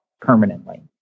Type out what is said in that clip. permanently